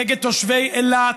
נגד תושבי אילת,